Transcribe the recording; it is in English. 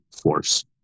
force